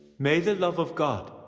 may the love of god